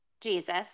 Jesus